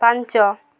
ପାଞ୍ଚ